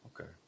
Okay